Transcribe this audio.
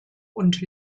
und